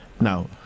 Now